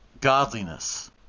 godliness